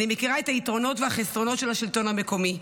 אני מכירה את היתרונות והחסרונות של השלטון המקומי.